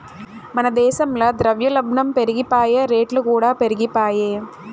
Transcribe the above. మన దేశంల ద్రవ్యోల్బనం పెరిగిపాయె, రేట్లుకూడా పెరిగిపాయె